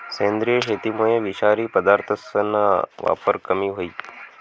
सेंद्रिय शेतीमुये विषारी पदार्थसना वापर कमी व्हयी